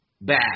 bad